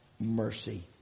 mercy